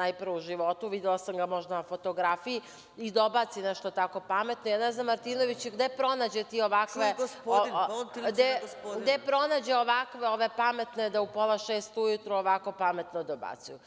najpre u životu, videla sam ga možda na fotografiji i dobaci tako nešto pametno, ja ne znam Martinoviću, gde pronađe ti ovakve pametne da u pola šest ujutru ovako pametno dobacuju.